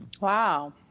Wow